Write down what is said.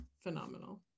phenomenal